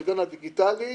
לעידן הדיגיטלי,